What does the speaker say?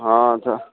हाँ तऽ